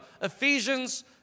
Ephesians